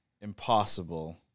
impossible